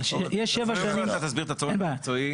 אבל יש שבע שנים --- אז אתה תסביר את הצורך המקצועי,